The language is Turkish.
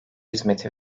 hizmeti